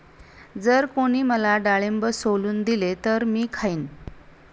जर कोणी मला डाळिंब सोलून दिले तर मी खाईन